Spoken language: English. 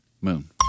Moon